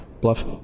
Bluff